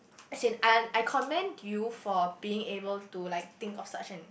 as in I I comment you for being able to like think of such in